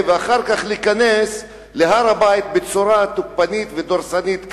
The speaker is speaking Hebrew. ואחר כך להיכנס להר-הבית בצורה תוקפנית ודורסנית כזאת.